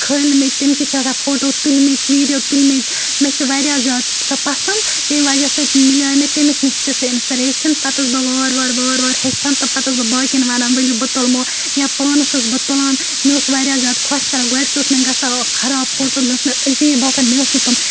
کھٲلمٕتۍ تٔمۍ کِتھۍ چھِ آسان فوٹوٗ تُلمٕتۍ ویٖڈیو تُلمٕتۍ مےٚ چھےٚ واریاہ زیادٕ سۄ پَسِنٛد تَمہِ وجہٕ سٍتۍ میلیٛاو مےٚ تٔمِس نِش تہِ سۄ اِنَسپٕریشَن پَتہٕ ٲسٕس بہٕ وار وار وار وار ہیٚچھان تہٕ پَتہٕ ٲسٕس بہٕ باقٕیَن وَنان ؤلِو بہٕ تُلہو یا پانَس ٲسٕس بہٕ تُلان مےٚ اوس واریاہ زیادٕ خۄش کَران گۄڈٕ تہِ اوس مےٚ گَژھان اَکھ خراب فوٹوٗ مےٚ اوس سُہ عجیٖب باسان مےٚ ٲسۍ نہٕ تِم